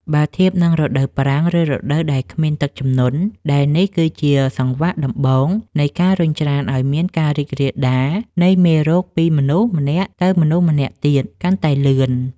បើធៀបនឹងរដូវប្រាំង ឬរដូវដែលគ្មានទឹកជំនន់ ដែលនេះគឺជាសង្វាក់ដំបូងនៃការរុញច្រានឱ្យមានការរីករាលដាលនៃមេរោគពីមនុស្សម្នាក់ទៅមនុស្សម្នាក់ទៀតកាន់តែលឿន។